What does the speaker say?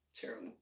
Terrible